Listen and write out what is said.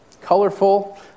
colorful